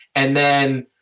and then,